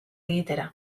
egitera